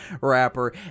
rapper